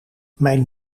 mijn